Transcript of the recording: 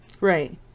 Right